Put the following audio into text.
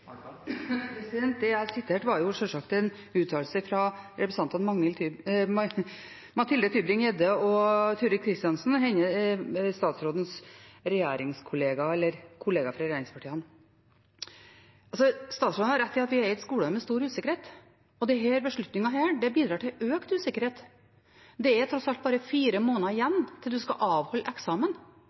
Det jeg siterte, var sjølsagt en uttalelse fra representantene Mathilde Tybring-Gjedde og Turid Kristensen, statsrådens kollegaer i regjeringspartiet Høyre. Statsråden har rett i at vi er i et skoleår med stor usikkerhet, og denne beslutningen bidrar til økt usikkerhet. Det er tross alt bare fire måneder igjen til man skal avholde eksamen.